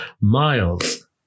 miles